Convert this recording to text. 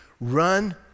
Run